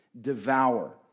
devour